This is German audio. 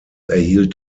erhielt